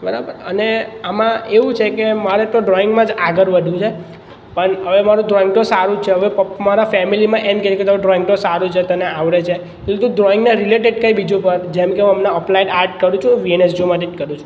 બરાબર અને આમાં એવું છે કે મારે તો ડ્રોઈંગમાં જ આગળ વધવું છે પણ હવે માંરૂ ડ્રોઈંગ તો સારું જ છે હવે મારા ફેમલીમાં એમ કહે છે કે તારું ડ્રોઈંગ તો સારું છે તને આવડે છે તો તું ડ્રોઈંગના રિલેટેડ કંઇક બીજું કર જેમકે હું હમણાં અપલાઇડ આર્ટ કરું છું વીએનએસજીયુમાંથી જ કરું છું